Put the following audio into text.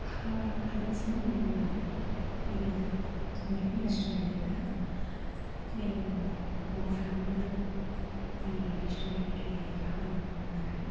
hello hello sir నేను మీ మీది ఏది మెఫిల్ రెస్టారెంటే కదా నేను మా ఫ్యామిలీతో మీ రెస్టారెంట్కి రావాలని అనుకుంటున్నాను అండి